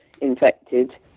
infected